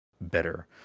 better